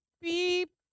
beep